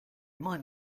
might